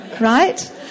right